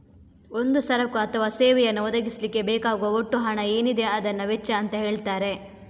ಒಂದು ಸರಕು ಅಥವಾ ಸೇವೆಯನ್ನ ಒದಗಿಸ್ಲಿಕ್ಕೆ ಬೇಕಾಗುವ ಒಟ್ಟು ಹಣ ಏನಿದೆ ಅದನ್ನ ವೆಚ್ಚ ಅಂತ ಹೇಳ್ತಾರೆ